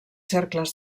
cercles